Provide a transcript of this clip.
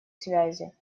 связи